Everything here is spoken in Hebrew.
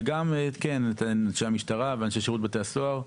וגם את אנשי המשטרה, ואנשי שירות בתי הסוהר,